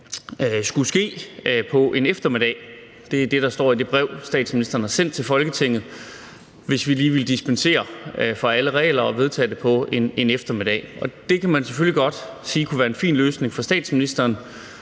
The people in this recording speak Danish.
skulle ske på en eftermiddag. Det er det, der står i det brev, statsministeren har sendt til Folketinget – altså om vi lige ville dispensere fra alle regler og vedtage det på en eftermiddag. Det kunne man selvfølgelig godt sige kunne være en fin løsning for statsministeren